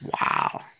Wow